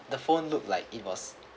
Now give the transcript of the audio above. the phone looked like it was